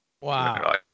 Wow